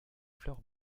fleurs